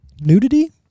nudity